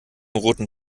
roten